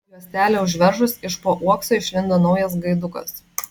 juostelę užveržus iš po uokso išlindo naujas gaidukas